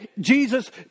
Jesus